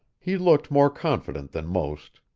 he looked more confident than most.